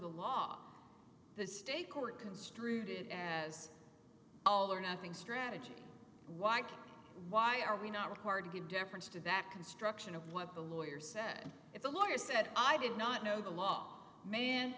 the law the state court construed it as all or nothing strategy why can't why are we not required to give deference to that construction of what the lawyer said if the lawyer said i did not know the law ma